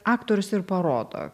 aktorius ir parodo